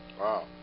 wow